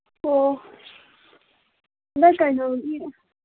ꯑꯣ ꯍꯟꯗꯛ ꯀꯩꯅꯣꯒꯤ